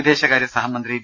വിദേശകാരൃ സഹമന്ത്രി വി